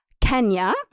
Kenya